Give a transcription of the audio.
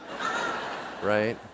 right